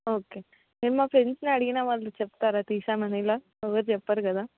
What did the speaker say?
okay నేను మా ఫ్రెండ్స్ని అడిగిన వాళ్ళు చెప్తారా తీసాం అని ఇలా ఎవరు చెప్పరు కదా